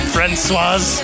Francois